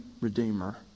Redeemer